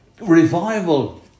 Revival